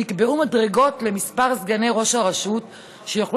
נקבעו מדרגות למספר סגני ראש הרשות שיוכלו